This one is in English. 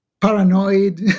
paranoid